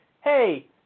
hey